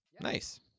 Nice